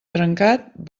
trencat